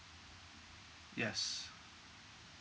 yes